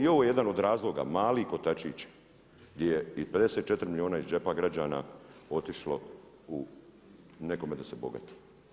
I ovo je jedan od razloga, mali kotačić gdje je i 54 milijuna iz džepa građana otišlo nekome da se bogati.